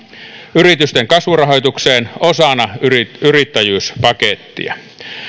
yritysten kasvurahoitukseen osana yrittäjyyspakettia